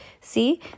See